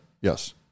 Yes